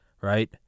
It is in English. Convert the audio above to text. Right